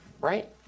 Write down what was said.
right